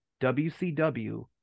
WCW